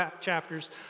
chapters